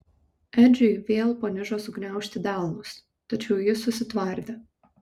edžiui vėl panižo sugniaužti delnus tačiau jis susitvardė